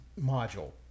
module